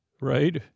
right